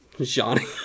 Johnny